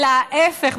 אלא ההפך,